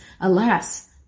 alas